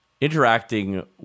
interacting